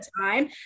time